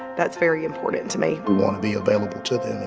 that's very important to me. want to be available to them